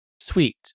sweet